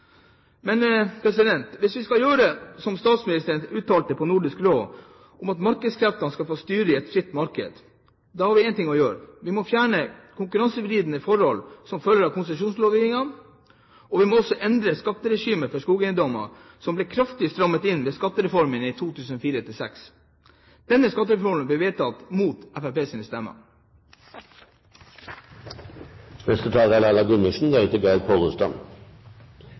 Men hvis vi skal gjøre som statsministeren uttalte under Nordisk Råd, at markedskreftene skal få styre i et fritt marked, da har vi én ting å gjøre: Vi må fjerne konkurransevridende forhold som følger av konsesjonslovgivningen, og vi må også endre skatteregimet for skogeiendommer, som ble kraftig strammet inn ved skattereformen 2004–2006. Denne skattereformen ble vedtatt mot Fremskrittspartiets stemmer. Neste taler er Laila Gundersen.